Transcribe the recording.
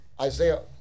Isaiah